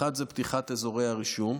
האחד זה פתיחת אזורי הרישום.